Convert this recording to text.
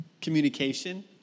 Communication